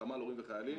חמ"ל הורים וחיילים,